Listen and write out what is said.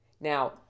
Now